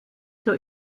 zur